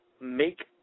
make